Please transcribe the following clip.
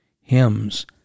hymns